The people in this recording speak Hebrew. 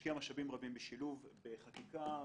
משקיע משאבים רבים בשילוב בחקיקה,